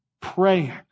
praying